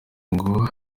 ngo